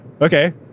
Okay